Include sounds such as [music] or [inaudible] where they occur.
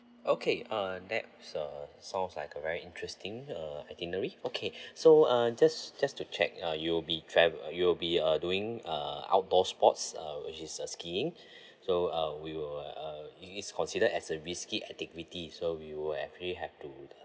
okay uh that was uh sounds like a very interesting uh itinerary okay [breath] so uh just just to check uh you'll be travel you'll be uh doing a outdoor sports uh which is uh skiing [breath] so uh we will uh it is considered as a risky activity so we will actually have to